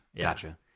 Gotcha